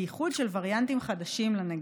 בייחוד של וריאנטים חדשים לנגיף.